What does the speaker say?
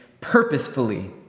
purposefully